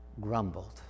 grumbled